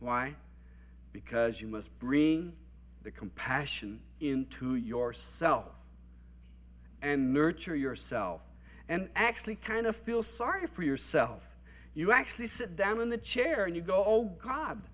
why because you must bring the compassion into yourself and nurture yourself and actually kind of feel sorry for yourself you actually sit down in the chair and you go oh god